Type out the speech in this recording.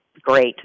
great